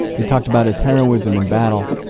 they talked about his heroism in battle,